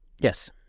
yes